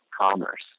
commerce